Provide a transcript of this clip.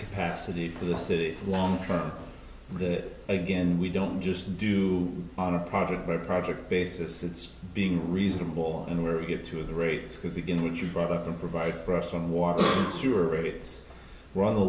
capacity for the city long term that again we don't just do on a project by project basis it's being reasonable in where we get to the rates because again which you brought up to provide for us on water